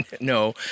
No